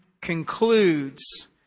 concludes